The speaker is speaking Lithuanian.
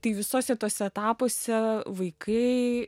tai visose tose etapuose vaikai